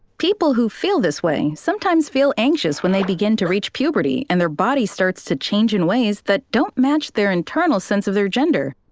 people who feel this way, sometimes feel anxious when they begin to reach puberty, and their body starts to change in ways that don't match their internal sense of their gender.